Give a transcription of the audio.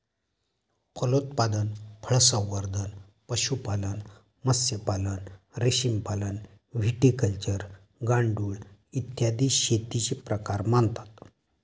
फलोत्पादन, फळसंवर्धन, पशुपालन, मत्स्यपालन, रेशीमपालन, व्हिटिकल्चर, गांडूळ, इत्यादी शेतीचे प्रकार मानतात